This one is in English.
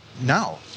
now